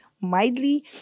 mildly